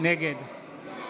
נגד